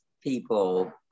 people